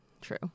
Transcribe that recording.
true